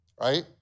right